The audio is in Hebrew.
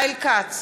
ישראל כץ,